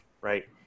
right